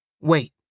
Wait